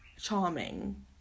charming